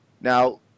now